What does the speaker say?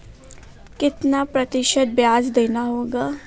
कितना प्रतिशत ब्याज देना होगा?